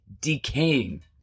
decaying